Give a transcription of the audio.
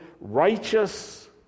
righteous